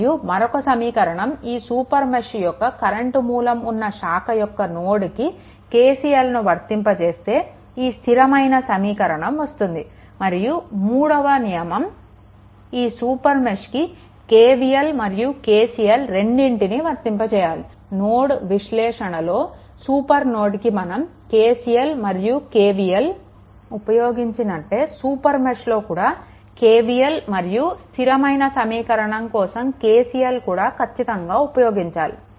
మరియు మరొక సమీకరణం ఈ సూపర్ మెష్ యొక్క కరెంట్ మూలం ఉన్న శాఖ యొక్క నోడ్కి KCLను వర్తింపచేస్తే ఈ స్థిరమైన సమీకరణం వస్తుంది మరియు మూడవ నియమం ఈ సూపర్ మెష్కి KVL మరియు KCL రెండింటినీ వర్తింపచేయాలి నోడల్ విశ్లేషణలో సూపర్ నోడ్కి మనం KCL మరియు KVL ఉపయోగించినట్టే సూపర్ మెష్లో కూడా KVL మరియు ఈ స్థిరమైన సమీకరణం కోసం KCL కూడా ఖచ్చితంగా ఉపయోగించాలి